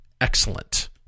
Excellent